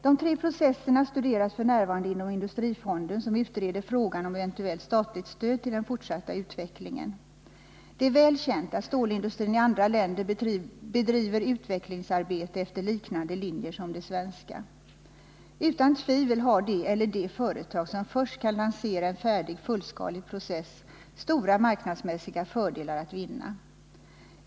De tre processerna studeras f. n. inom Industrifonden, som utreder frågan om eventuellt statligt stöd till den fortsatta utvecklingen. Det är väl känt att stålindustrin i andra länder bedriver utvecklingsarbete efter liknande linjer som de svenska. Utan tvivel har det eller de företag som först kan lansera en färdig, fullskalig process stora marknadsmässiga fördelar att vinna.